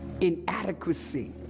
inadequacy